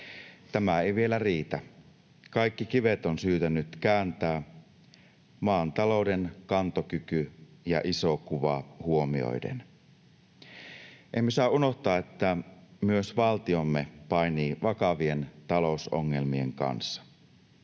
Tämä ei vielä riitä. Kaikki kivet on syytä nyt kääntää maan talouden kantokyky ja iso kuva huomioiden. Emme saa unohtaa, että myös valtiomme painii vakavien talousongelmien kanssa.